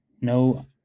No